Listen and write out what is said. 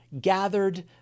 gathered